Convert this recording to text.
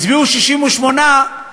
הצביעו 68 בעד